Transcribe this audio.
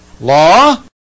Law